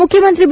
ಮುಖ್ಯಮಂತ್ರಿ ಬಿ